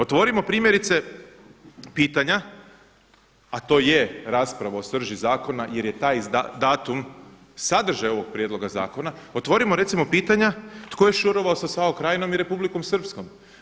Otvorimo primjerice pitanja, a to je rasprava o srži zakona jer je taj datum sadržaj ovog Prijedloga zakona, otvorimo recimo pitanja, tko je šurovao sa SAO krajinom i republikom srpskom?